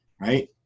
Right